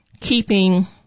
keeping